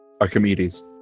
Archimedes